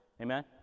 amen